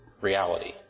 reality